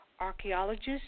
archaeologists